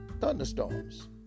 thunderstorms